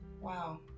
Wow